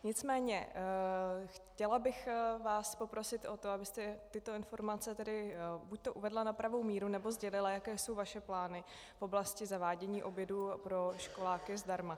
Nicméně chtěla bych vás poprosit o to, abyste tyto informace buďto uvedla na pravou míru, nebo sdělila, jaké jsou vaše plány v oblasti zavádění obědů pro školáky zdarma.